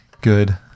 good